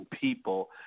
people